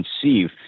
conceive